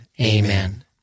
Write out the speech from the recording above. Amen